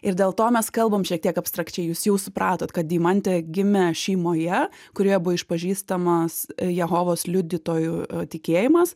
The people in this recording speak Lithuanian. ir dėl to mes kalbam šiek tiek abstrakčiai jūs jau supratot kad deimantė gimė šeimoje kurioje buvo išpažįstamas jehovos liudytojų tikėjimas